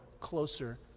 closer